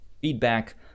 feedback